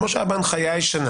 כמו שהיה בהנחיה הישנה